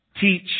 teach